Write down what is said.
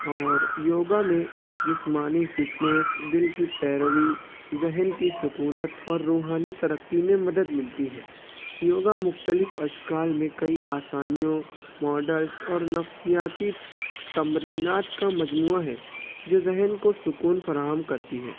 اور یوگا میں جسمانی فٹنیس دل کی پیروی ذہن کی سکونت اور روحانی ترقی میں مدد ملتی ہے یوگا مختلف اشکال میں کئی آسانیوں ماڈلس اور نفسیاتی تمرینات کا مجموعہ ہے جو ذہن کو سکون فرام کرتی ہے